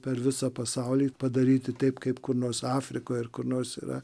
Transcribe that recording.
per visą pasaulį padaryti taip kaip kur nors afrikoj ar kur nors yra